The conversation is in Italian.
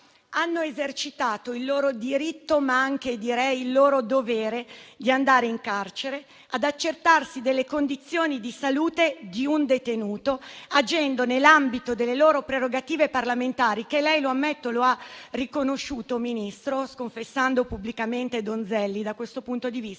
hanno esercitato il loro diritto, ma anche direi il loro dovere, di andare in carcere ad accertarsi delle condizioni di salute di un detenuto, agendo nell'ambito delle loro prerogative parlamentari, che lei - lo ammetto - ha riconosciuto, Ministro, sconfessando pubblicamente Donzelli da questo punto di vista,